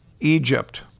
Egypt